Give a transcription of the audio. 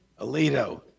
Alito